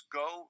go